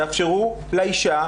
תאפשרו לאישה,